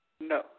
No